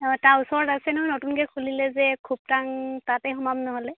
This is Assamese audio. অঁ তাৰ ওচৰত আছে নহয় নতুনকৈ খুলিলে যে খুবটাং তাতেই সোমাম নহ'লে